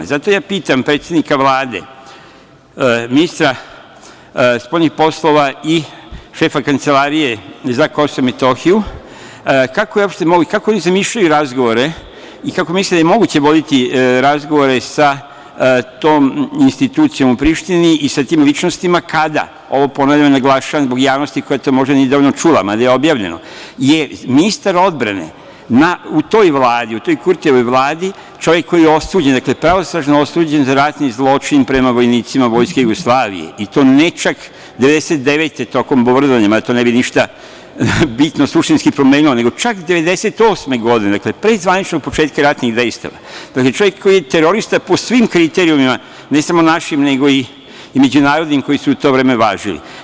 Zato ja pitam predsednika Vlade, ministra spoljnih poslova i šefa Kancelarije za KiM – kako oni zamišljaju razgovore i kako misle da je moguće voditi razgovore sa tom institucijom u Prištini i sa tim ličnostima kada, ovo ponavljam i naglašavam zbog javnosti koja to možda nije dovoljno čula, mada je objavljeno, jer je ministar odbrane u toj vladi, u toj Kurtijevoj vladi čovek koji je osuđen, pravnosnažno osuđen za ratni zločin prema vojnicima Vojske Jugoslavije i to ne čak 1999. godine tokom bombardovanja, mada to ne bi ništa bitno suštinski promenilo, nego čak 1998. godine pre zvaničnog početka ratnih dejstava, čovek koji je terorista po svim kriterijumima, ne samo našim nego i međunarodnim koji su u to vreme važili?